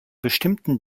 bestimmten